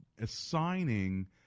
assigning